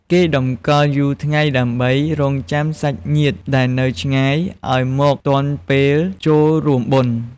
គេតម្កល់យូរថ្ងៃដើម្បីរង់ចាំសាច់ញាតិដែលនៅឆ្ងាយឱ្យមកទាន់ពេលចូលរួមបុណ្យ។